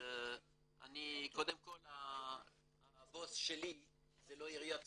אבל קודם כל הבוס שלי זה לא עירית טבריה,